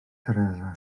teresa